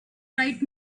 bright